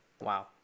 wow